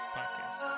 podcast